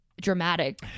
Dramatic